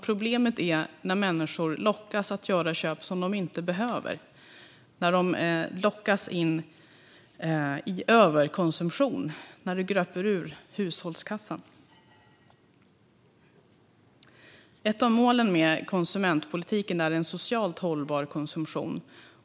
Problemet är när människor lockas att göra köp som de inte behöver göra - när de lockas in i överkonsumtion och gröper ur hushållskassan. Ett av målen för konsumentpolitiken är en socialt hållbar konsumtion.